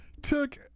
Took